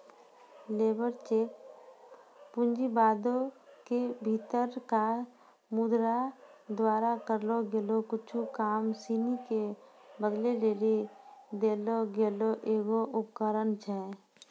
labour check पूँजीवादो के भीतरका मुद्रा द्वारा करलो गेलो कुछु काम सिनी के बदलै लेली देलो गेलो एगो उपकरण छै